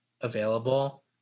available